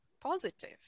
positive